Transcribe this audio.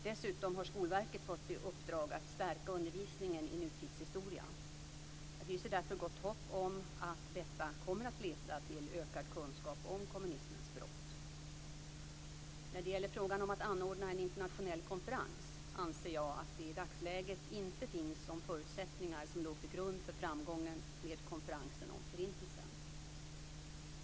Dessutom har Skolverket fått i uppdrag att stärka undervisningen i nutidshistoria. Jag hyser därför gott hopp om att detta kommer att leda till ökad kunskap om kommunismens brott. När det gäller frågan om att anordna en internationell konferens anser jag att det i dagsläget inte finns sådana förutsättningar som låg till grund för framgången med konferensen om Förintelsen.